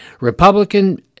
Republican